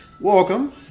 Welcome